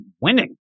Winning